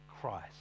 Christ